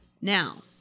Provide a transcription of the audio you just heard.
Now